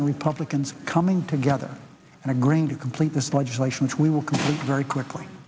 and republicans coming together and agreeing to complete this legislation which we will very quickly